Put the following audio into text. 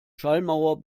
schallmauer